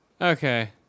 okay